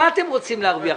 מה אתם רוצים להרוויח?